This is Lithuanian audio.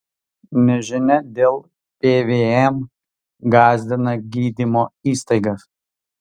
nežinia dėl pvm gąsdina gydymo įstaigas